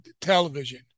television